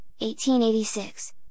1886